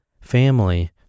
family